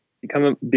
become